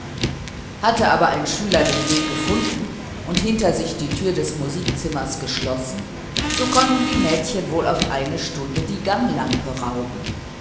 hatte aber ein schüler den weg gefunden und hinter sich die türe des musikzimmers geschlossen so konnten die mädchen wohl auf eine stunde die ganglampe rauben